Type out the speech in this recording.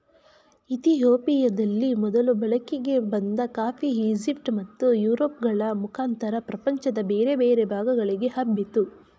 ಇತಿಯೋಪಿಯದಲ್ಲಿ ಮೊದಲು ಬಳಕೆಗೆ ಬಂದ ಕಾಫಿ ಈಜಿಪ್ಟ್ ಮತ್ತು ಯುರೋಪ್ ಗಳ ಮುಖಾಂತರ ಪ್ರಪಂಚದ ಬೇರೆ ಬೇರೆ ಭಾಗಗಳಿಗೆ ಹಬ್ಬಿತು